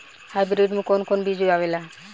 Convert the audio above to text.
Hybrid में कोवन कोवन बीज आवेला?